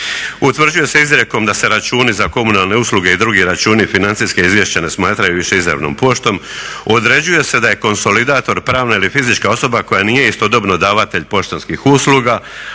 Utvrđuje se izrijekom da se računi za komunalne usluge i drugi računi i financijska izvješća ne smatraju više izravnom poštom. Određuje se da je konsolidator pravna ili fizička osoba koja nije istodobno davatelj poštanskih usluga,